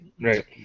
Right